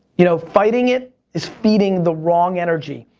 you know fighting it is feeding the wrong energy.